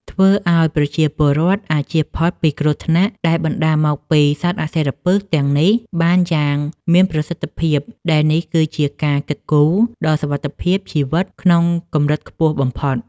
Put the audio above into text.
ធ្វើឱ្យប្រជាពលរដ្ឋអាចជៀសផុតពីគ្រោះថ្នាក់ដែលបណ្ដាលមកពីសត្វអសិរពិសទាំងនេះបានយ៉ាងមានប្រសិទ្ធភាព ដែលនេះគឺជាការគិតគូរដល់សុវត្ថិភាពជីវិតក្នុងកម្រិតខ្ពស់បំផុត។